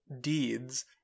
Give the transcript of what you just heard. deeds